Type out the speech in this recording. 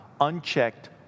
unchecked